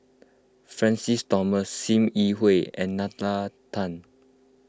Francis Thomas Sim Yi Hui and Nalla Tan